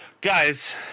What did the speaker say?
Guys